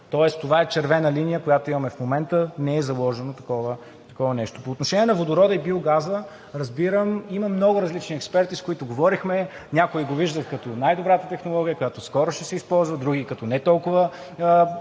Тоест това е червена линия, която имаме в момента. Не е заложено такова нещо. По отношение на водорода и биогаза, разбирам, има много различни експерти, с които говорихме. Някои го виждат като най добрата технология, която скоро ще се използва, други – като не толкова